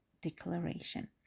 declaration